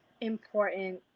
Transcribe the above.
important